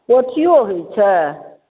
पोठिओ होइ छै